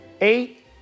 Eight